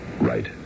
right